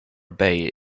bay